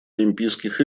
олимпийских